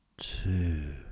two